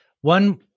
one